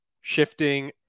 shifting